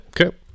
Okay